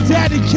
Daddy